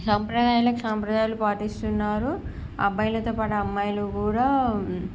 సాంప్రదాయాలకు సాంప్రదాయాలు పాటిస్తున్నారు అబ్బాయిలతో పాటు అమ్మాయిలు కూడా